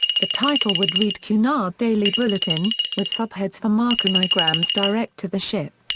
the title would read cunard daily bulletin, with subheads for marconigrams direct to the ship.